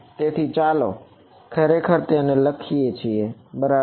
તેથી ચાલો ખરેખર તેને લખીએ બરાબર